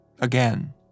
again